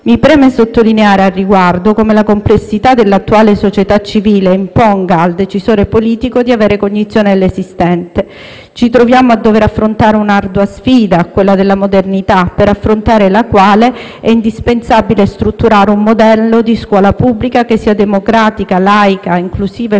Mi preme sottolineare, al riguardo, come la complessità dell'attuale società civile imponga al decisore politico di avere cognizione dell'esistente. Ci troviamo a dover affrontare un'ardua sfida, quella della modernità, per affrontare la quale è indispensabile strutturare un modello di scuola pubblica che sia democratica, laica, inclusiva e pluralista.